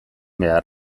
behar